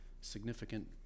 significant